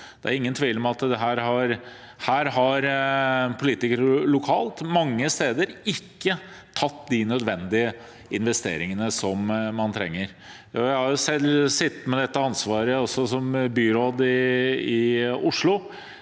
er det ingen tvil om at politikere lokalt mange steder ikke har foretatt de nødvendige investeringene som man trenger. Jeg har selv sittet med dette ansvaret, som byråd i Oslo.